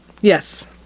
Yes